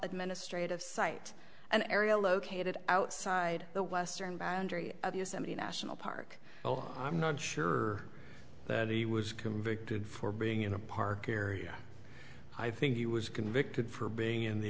administrative site an area located outside the western boundary of yosemite national park well i'm not sure that he was convicted for being in a park area i think he was convicted for being in the